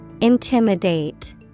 Intimidate